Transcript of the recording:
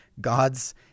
God's